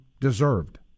deserved